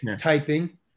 typing